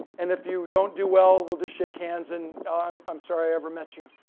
and if you don't do well, we'll just shake hands and i'm sorry i ever met you.